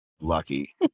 lucky